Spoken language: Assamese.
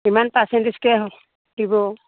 কিমান পাৰ্চেণ্টেজকে দিব